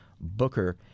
Booker